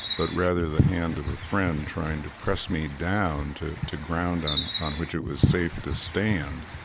but rather the hand of a friend trying to press me down to to ground on on which it was safe to stand.